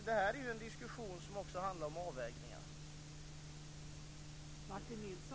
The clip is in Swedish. Det här är alltså en diskussion som också handlar om avvägningar.